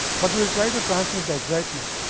but we will try to transmit the excitement,